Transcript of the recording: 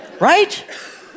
Right